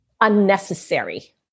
unnecessary